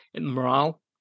morale